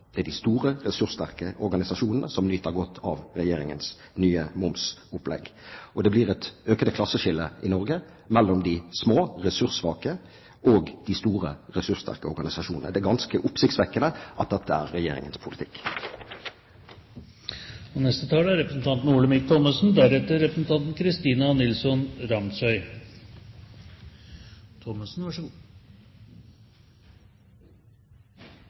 Det er de store, ressurssterke organisasjonene som nyter godt av Regjeringens nye momsopplegg. Det blir et økende klasseskille i Norge mellom de små, ressurssvake organisasjonene og de store, ressurssterke. Det er ganske oppsiktsvekkende at dette er Regjeringens politikk. Jeg vil ta opp tråden der representanten